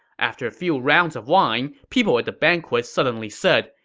after a few rounds of wine, people at the banquet suddenly said,